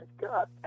God